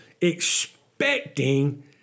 expecting